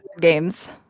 games